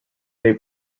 day